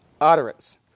utterance